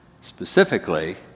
Specifically